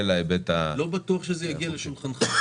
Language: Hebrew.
לא בטוח שזה יגיע לשולחנך.